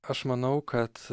aš manau kad